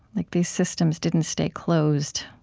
like these systems didn't stay closed.